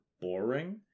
boring